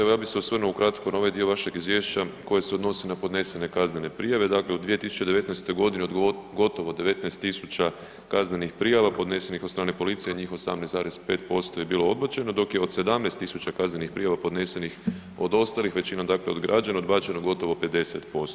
Evo, ja bih se osvrnuo ukratko na ovaj dio vašeg Izvješća koje se odnosi na podnesene kaznene prijave, dakle u 2019. g. gotovo 19 000 kaznenih prijava podnesenih od strane policije, njih 18,5% je bilo odbačeno, dok je od 17 000 kaznenih prijava podnesenih od ostalih, većinom dakle od građana odbačeno gotovo 50%